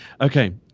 okay